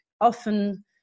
often